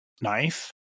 knife